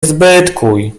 zbytkuj